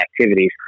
activities